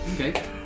Okay